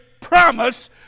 promise